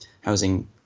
housing